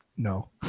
No